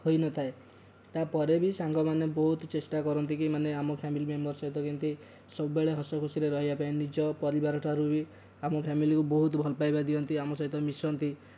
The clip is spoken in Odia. ହୋଇ ନଥାଏ ତା'ପରେ ବି ସାଙ୍ଗମାନେ ବହୁତ ଚେଷ୍ଟା କରନ୍ତି କି ମାନେ ଆମ ଫାମିଲି ମେମ୍ବର୍ ସହିତ କେମିତି ସବୁବେଳେ ହସ ଖୁସିରେ ରହିବା ପାଇଁ ନିଜ ପରିବାରଠାରୁ ବି ଆମ ଫାମିଲିକୁ ବି ବହୁତ ଭଲପାଇବା ଦିଅନ୍ତି ଆମ ସହିତ ମିଶନ୍ତି